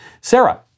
Sarah